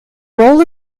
role